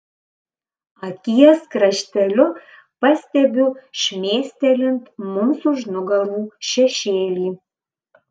akies krašteliu pastebiu šmėstelint mums už nugarų šešėlį